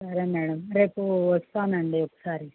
సరే మ్యాడం రేపు వస్తానండి ఒకసారి